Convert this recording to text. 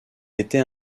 était